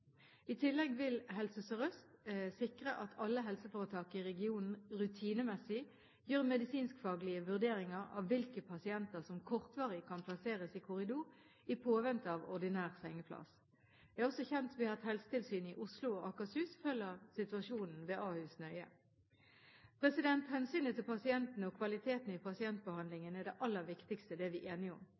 I tillegg vil Helse Sør-Øst sikre at alle helseforetak i regionen rutinemessig gjør medisinskfaglige vurderinger av hvilke pasienter som kortvarig kan plasseres i korridor i påvente av ordinær sengeplass. Jeg er også kjent med at Helsetilsynet i Oslo og Akershus følger situasjonen ved Ahus nøye. Hensynet til pasientene og kvaliteten i pasientbehandlingen er det aller viktigste, det er vi enige om.